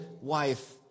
wife